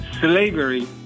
Slavery